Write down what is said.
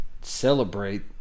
celebrate